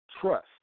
trust